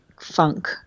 funk